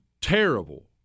terrible